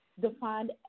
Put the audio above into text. defined